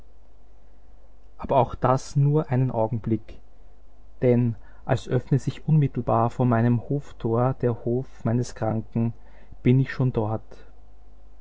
aber auch das nur einen augenblick denn als öffne sich unmittelbar vor meinem hoftor der hof meines kranken bin ich schon dort